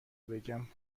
بگم